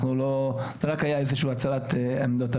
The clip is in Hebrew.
זה רק היה איזושהי הצהרת עמדות.